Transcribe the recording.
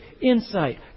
insight